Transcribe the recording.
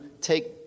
take